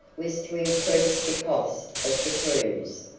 was to increase the cost of the cruise.